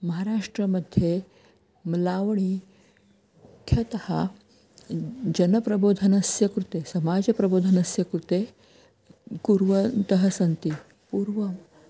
महाराष्ट्रमध्ये म्लाव्णी ख्यातः जनप्रबोधनस्य कृते समाजप्रबोधनस्य कृते कुर्वन्तः सन्ति पूर्वं